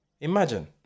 Imagine